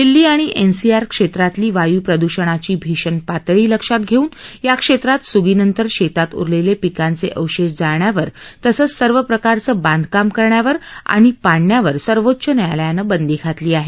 दिल्ली आणि एनसीआर क्षेत्रातली वायू प्रदूषणाची भीषण पातळी लक्षात घेऊन या क्षब्रात सुगीनंतर शत्रात उरलब्ध पिकांच अवशष्ट जाळण्यावर तसंच सर्व प्रकारचं बांधकाम करण्यावर आणि पाडण्यावर सर्वोच्च न्यायालयानं बंदी घातली आहे